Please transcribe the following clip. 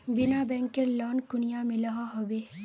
बिना बैंकेर लोन कुनियाँ मिलोहो होबे?